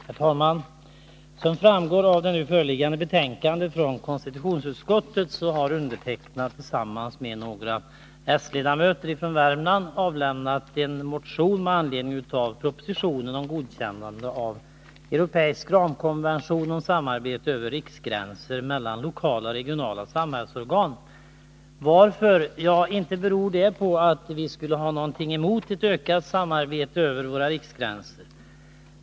Herr talman! Som framgår av det nu föreliggande betänkandet från konstitutionsutskottet, har jag tillsammans med några s-ledamöter från Värmland avlämnat en motion med anledning av propositionen om godkännande av europeisk ramkonvention om samarbete över riksgränser mellan lokala och regionala samhällsorgan. Varför har vi då gjort det? Ja, inte beror det på att vi skulle ha någonting emot ett ökat samarbete över våra riksgränser.